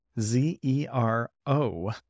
Z-E-R-O